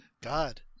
God